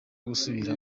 basubira